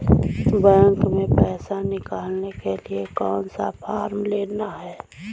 Bank में पैसा निकालने के लिए कौन सा फॉर्म लेना है?